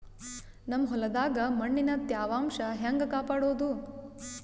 ನಮ್ ಹೊಲದಾಗ ಮಣ್ಣಿನ ತ್ಯಾವಾಂಶ ಹೆಂಗ ಕಾಪಾಡೋದು?